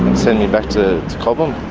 send me back to cobham